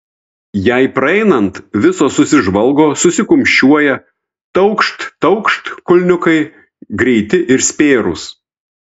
jai praeinant visos susižvalgo susikumščiuoja taukšt taukšt kulniukai greiti ir spėrūs